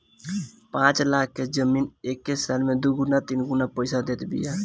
पाँच लाख के जमीन एके साल में दुगुना तिगुना पईसा देत बिया